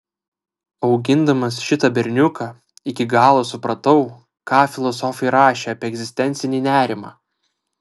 augindamas šitą berniuką iki galo supratau ką filosofai rašė apie egzistencinį nerimą